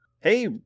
hey